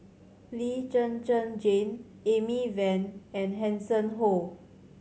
Lee Zhen Zhen Jane Amy Van and Hanson Ho